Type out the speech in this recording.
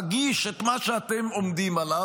אגיש את מה שאתם עומדים עליו,